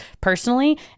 personally